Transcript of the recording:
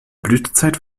blütezeit